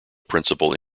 principal